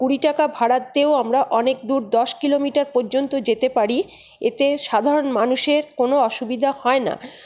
কুড়ি টাকা ভাড়াতেও আমরা অনেক দূর দশ কিলোমিটার পয্যন্ত যেতে পারি এতে সাধারণ মানুষের কোনো অসুবিধা হয় না